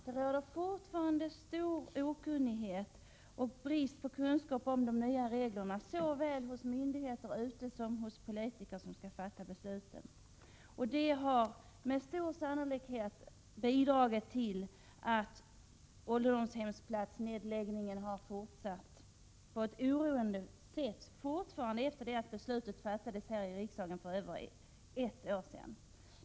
Det råder fortfarande stor okunnighet om de nya reglerna såväl hos myndigheter som hos de politiker som skall fatta besluten. Det har med stor sannolikhet bidragit till att nedläggningen av ålderdomshemsplatser har fortsatt på ett oroande sätt efter att beslutet fattades här i riksdagen för över ett år sedan.